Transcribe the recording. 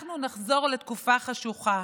ואנחנו נחזור לתקופה חשוכה,